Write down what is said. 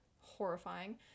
horrifying